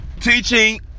Teaching